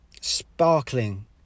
sparkling